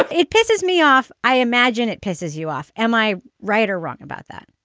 but it pisses me off. i imagine it pisses you off. am i right or wrong about that?